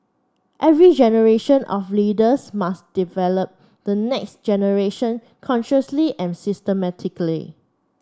every generation of leaders must develop the next generation consciously and systematically